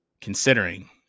considering